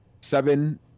seven